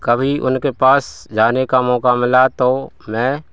कभी उनके पास जाने का मौका मिला तो